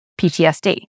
PTSD